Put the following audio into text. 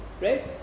right